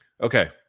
Okay